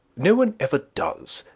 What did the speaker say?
no one ever does,